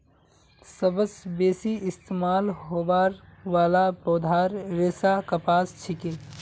सबस बेसी इस्तमाल होबार वाला पौधार रेशा कपास छिके